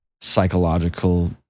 psychological